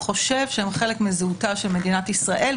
חושב שהם חלק מזהותה של מדינת ישראל,